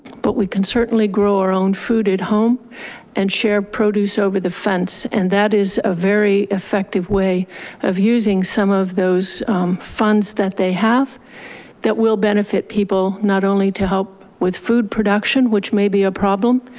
but we can certainly grow own food at home and share produce over the fence. and that is a very effective way of using some of those funds that they have that will benefit people not only to help with food production, which may be a problem,